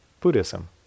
Buddhism